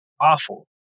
Awful